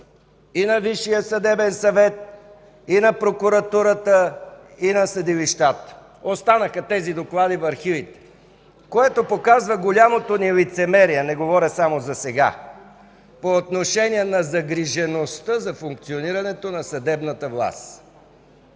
и на Висшия съдебен съвет, и на прокуратурата, и на съдилищата. Тези доклади останаха в архивите, което показва голямото ни лицемерие – не говоря само за сега, по отношение загрижеността за функционирането на съдебната власт.